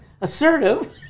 assertive